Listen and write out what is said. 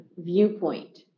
viewpoint